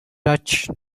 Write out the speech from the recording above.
touch